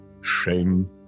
Shame